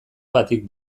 batik